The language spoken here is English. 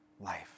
life